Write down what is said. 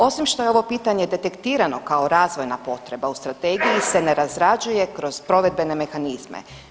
Osim što je ovo pitanje detektirano kao razvojna potreba, u strategiji se ne razrađuje kroz provedbene mehanizme.